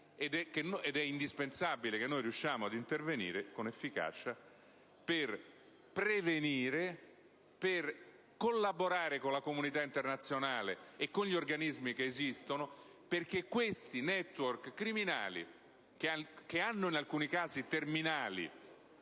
indispensabile riuscire ad intervenire con efficacia per prevenire e per collaborare con la comunità internazionale e con gli organismi esistenti, perché questi *network* criminali, che hanno in alcuni casi terminali